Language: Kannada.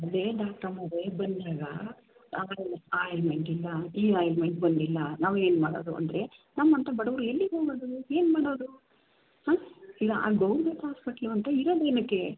ಅದೇ ಡಾಕ್ಟ್ರಮ್ಮ ಬೇಗ ಬಂದಾಗ ಆ ಆಯಿಂಟ್ಮೆಂಟ್ ಇಲ್ಲ ಈ ಆಯಿಂಟ್ಮೆಂಟ್ ಬಂದಿಲ್ಲ ನಾವು ಏನು ಮಾಡೋದು ಅಂದರೆ ನಮ್ಮಂಥ ಬಡವರು ಎಲ್ಲಿಗೆ ಹೋಗೋದು ಏನು ಮಾಡೋದು ಹಾಂ ಈಗ ಆ ಗೌರ್ಮೆಂಟ್ ಹಾಸ್ಪಿಟ್ಲು ಅಂತ ಇರೋದ್ ಏನಕ್ಕೆ